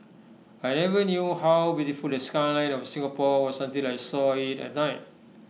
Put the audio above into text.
I never knew how beautiful the skyline of Singapore was until I saw IT at night